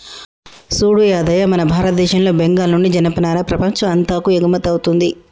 సూడు యాదయ్య మన భారతదేశంలో బెంగాల్ నుండి జనపనార ప్రపంచం అంతాకు ఎగుమతౌతుంది